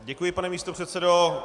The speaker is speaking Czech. Děkuji, pane místopředsedo.